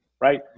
right